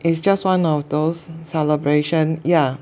is just one of those celebration yeah